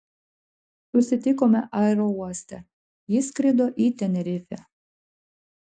susitikome aerouoste ji skrido į tenerifę